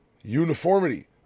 uniformity